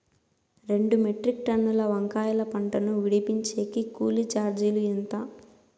రెండు మెట్రిక్ టన్నుల వంకాయల పంట ను విడిపించేకి కూలీ చార్జీలు ఎంత?